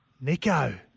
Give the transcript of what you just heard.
Nico